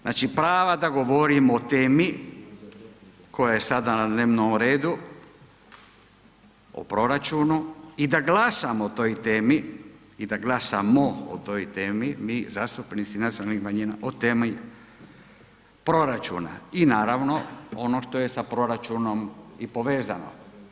Znači prava da govorim o temi koja je sada na dnevnom redu, o proračunu i da glasam o toj temi i da glasamo o toj temi, mi zastupnici nacionalnih manjina o temi proračuna i naravno ono što je sa proračunom i povezano.